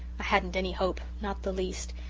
i hadn't any hope not the least.